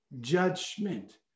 judgment